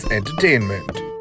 Entertainment